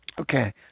Okay